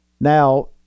Now